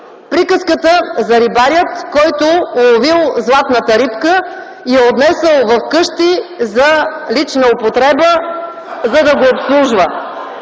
Приказката за рибаря, който уловил златната рибка и я отнесъл вкъщи за лична употреба, за да го обслужва.